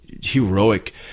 heroic